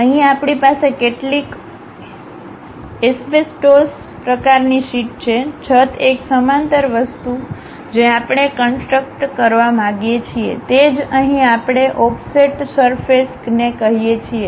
અહીં આપણી પાસે કેટલીક એસ્બેસ્ટોસ પ્રકારની શીટ છે છત એક સમાંતર વસ્તુ જે આપણે કન્સટ્રક્ માંગીએ છીએ તે જ અહીં આપણે ઓફસેટ સરફેસને કહીએ છીએ